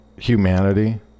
humanity